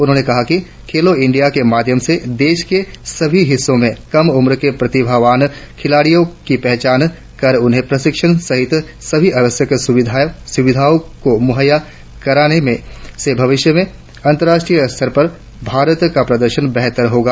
उन्होंने कहा कि खेलों इंडिया के माध्यम से देश के सभी हिस्सों से कम उम्र में प्रतिभावान खिलाड़ियों की पहचान कर उन्हें प्रशिक्षण सहित सभी आवश्यक सुविधाओं को मुहैया कराने से भविष्य में अंतर्राष्ट्रीय स्तर पर भारत का प्रदर्शन बेहतर होगा